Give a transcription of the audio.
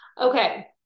Okay